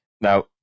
Now